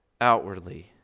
outwardly